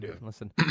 Listen